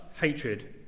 hatred